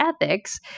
Ethics